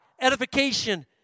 edification